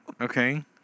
Okay